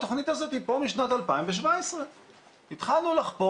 התכנית הזאת היא פה משנת 2017'. התחלנו לחפור